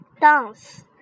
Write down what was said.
dance